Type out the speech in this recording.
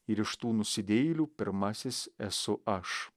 ir iš tų nusidėjėlių pirmasis esu aš